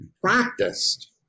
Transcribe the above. practiced